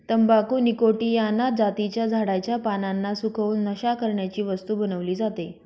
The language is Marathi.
तंबाखू निकॉटीयाना जातीच्या झाडाच्या पानांना सुकवून, नशा करण्याची वस्तू बनवली जाते